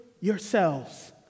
yourselves